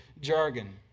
jargon